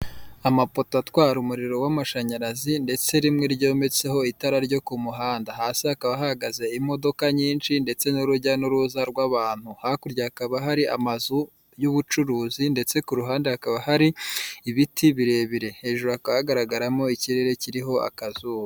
Amapoto atwara umuriro w'amashanyarazi ndetse rimwe ryometseho itara ryo k'umuhanda, hasi hakaba hahagaze imodoka nyinshi ndetse n'urujya n'uruza rw'abantu, hakurya hakaba hari amazu y'ubucuruzi ndetse k'uruhande hakaba hari ibiti birebire, hejuru hagaragaramo ikirere kiriho akazuba.